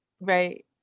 Right